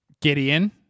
Gideon